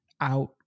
out